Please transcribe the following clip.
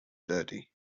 dirty